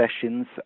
sessions